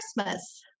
christmas